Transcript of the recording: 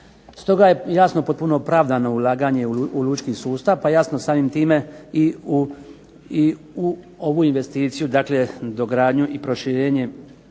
Stoga je jasno potpuno opravdano ulaganje u lučki sustav, pa jasno samim time i u ovu investiciju, dakle dogradnju i proširenje